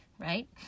right